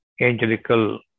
angelical